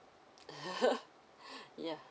yeah